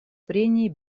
прений